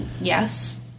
Yes